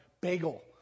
BAGEL